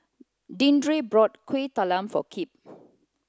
Deandre bought Kuih Talam for Kipp